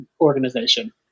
organization